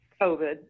COVID